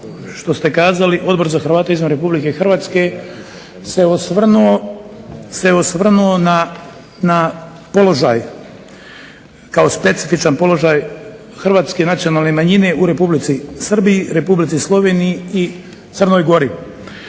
što ste kazali Odbor za Hrvate izvan Republike Hrvatske se osvrnuo na položaj kao specifičan položaj hrvatske nacionalne manjine u Republici Srbiji, Republici Sloveniji i Crnoj Gori.